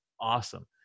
awesome